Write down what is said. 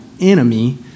enemy